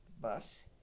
bus